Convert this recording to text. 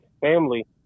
family